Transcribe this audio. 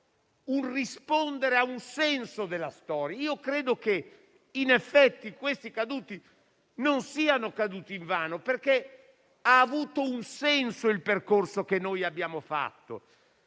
una risposta al senso della storia. Credo che in effetti questi caduti non siano morti invano, perché ha avuto un senso il percorso che abbiamo fatto.